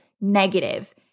negative